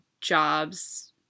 jobs